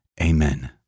Amen